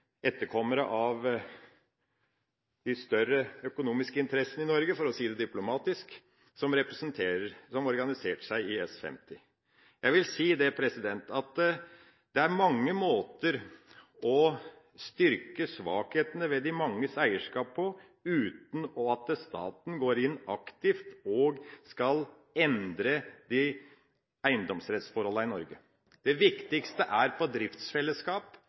etterkommere av de større økonomiske interessene i Norge, for å si det diplomatisk, som organiserte seg i S-50. Jeg vil si at det er mange måter å styrke svakhetene ved de manges eierskap på, uten at staten går inn aktivt og skal endre eiendomsrettsforholdene i Norge. Det viktigste er driftsfellesskap, å sikre driftsfellesskap